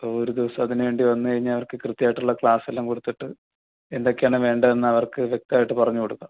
ഇപ്പോൾ ഒരു ദിവസം അതിന് വേണ്ടി വന്ന് കഴിഞ്ഞാൽ അവർക്ക് കൃത്യം ആയിട്ടുള്ള ക്ലാസെല്ലാം കൊടുത്തിട്ട് എന്തൊക്കെയാണ് വേണ്ടതെന്ന് അവർക്ക് കൃത്യമായിട്ട് പറഞ്ഞ് കൊടുക്കാം